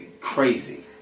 crazy